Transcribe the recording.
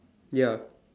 ya